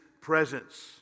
presence